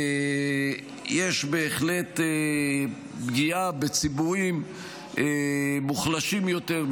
בהחלט פגיעה בציבורים מוחלשים יותר,